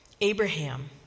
Abraham